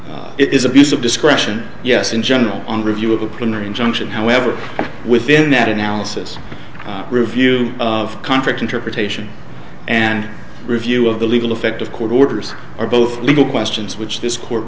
it is abuse of discretion yes in general on review of the plenary injunction however within that analysis review of conflict interpretation and review of the legal effect of court orders are both legal questions which this court